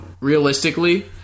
realistically